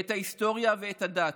את ההיסטוריה ואת הדת.